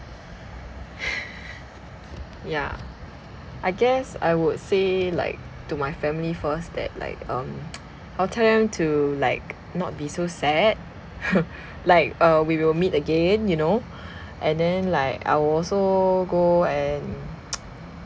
yeah I guess I would say like to my family first that like um I'll tell them to like not be so sad like uh we will meet again you know and then like I will also go and